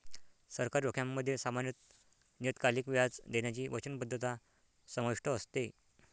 सरकारी रोख्यांमध्ये सामान्यत नियतकालिक व्याज देण्याची वचनबद्धता समाविष्ट असते